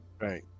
Right